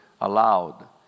allowed